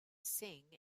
sing